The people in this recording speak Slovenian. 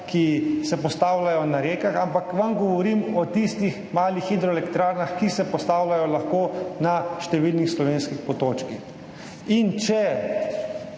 ki se postavljajo na rekah, ampak vam govorim o tistih malih hidroelektrarnah, ki se lahko postavljajo na številnih slovenskih potočkih. Če